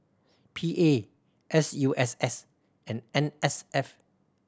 P A S U S S and N S F